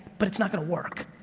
but it's not gonna work,